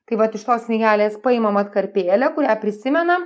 tai vat iš tos knygelės paimam atkarpėlę kurią prisimenam